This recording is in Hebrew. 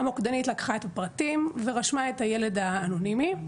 המוקדנית לקחה את הפרטים ורשמה את הילד האנונימי.